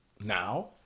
now